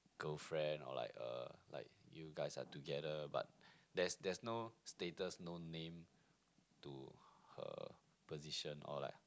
girlfriend or like a like you guys are together but there's there's no status no name to her position or like